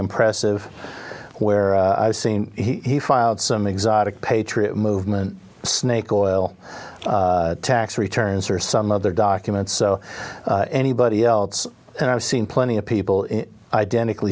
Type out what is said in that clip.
impressive where i've seen he filed some exotic patriot movement snake oil tax returns or some other documents so anybody else and i've seen plenty of people in identical